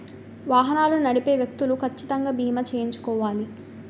వాహనాలు నడిపే వ్యక్తులు కచ్చితంగా బీమా చేయించుకోవాలి